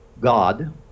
God